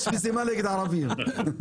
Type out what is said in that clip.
יש מזימה נגד ערבים...